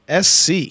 SC